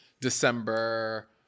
December